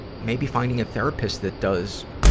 maybe finding a therapist that does,